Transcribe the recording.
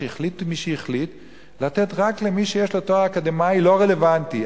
שהחליט מי שהחליט לתת רק למי שיש לו תואר אקדמי לא רלוונטי.